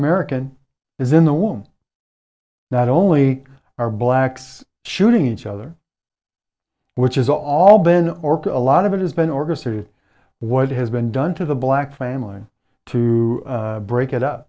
american is in the womb not only are blacks shooting each other which is all been orca a lot of it has been orchestrated what has been done to the black family to break it up